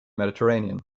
mediterranean